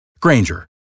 Granger